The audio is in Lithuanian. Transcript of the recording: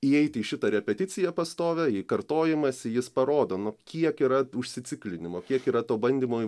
įeiti į šitą repeticiją pastovią į kartojimąsi jis parodo nu kiek yra užsiciklinimo kiek yra to bandymo